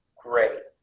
great.